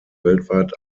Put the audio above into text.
weltweit